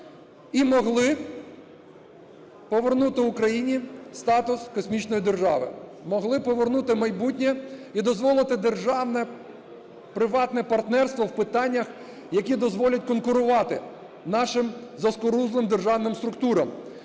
і могли повернути Україні статус космічної держави. Могли повернути майбутнє і дозволити державне приватне партнерство в питаннях, які дозволять конкурувати нашим заскорузлим державним структурам.